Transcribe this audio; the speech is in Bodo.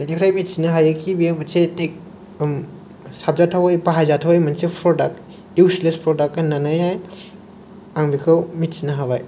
बेनिफ्राय मिथिनो हायोखि बियो मोनसे थेक साबजाथावै बाहायजाथावै मोनसे प्रदाक इउसलेस प्रदाक होन्नानैहाय आं बेखौ मिथिनो हाबाय